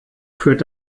führt